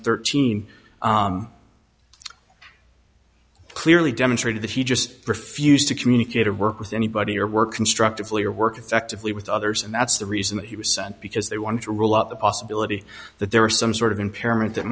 thirteen clearly demonstrated that he just refused to communicate or work with anybody or work constructively or work effectively with others and that's the reason that he was sent because they wanted to rule out the possibility that there were some sort of impairment that